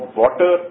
water